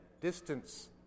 distance